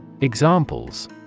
Examples